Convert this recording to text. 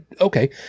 okay